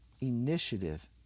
initiative